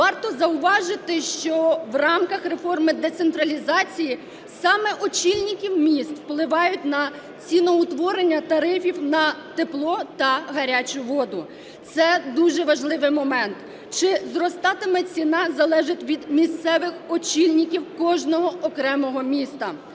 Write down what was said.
Варто зауважити, що в рамках реформи децентралізації саме очільники міст впливають на ціноутворення тарифів на тепло та гарячу воду. Це дуже важливий момент. Чи зростатиме ціна – залежить від місцевих очільників кожного окремого міста.